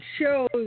shows